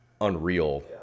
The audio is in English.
unreal